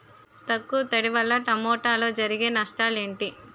తక్కువ తడి వల్ల టమోటాలో జరిగే నష్టాలేంటి?